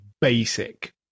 basic